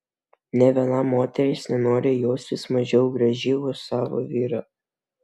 nė viena moteris nenori jaustis mažiau graži už savo vyrą